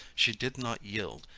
she did not yield,